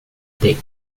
date